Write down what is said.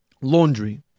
laundry